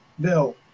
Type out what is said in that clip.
Bill